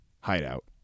hideout